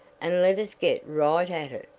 and let us get right at it.